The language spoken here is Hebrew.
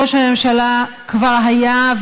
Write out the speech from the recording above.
ראש הממשלה כבר היה,